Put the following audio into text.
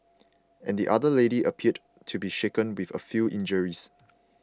and the other lady appeared to be shaken with a few injuries